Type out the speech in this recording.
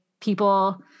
people